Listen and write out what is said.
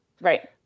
right